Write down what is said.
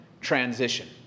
transition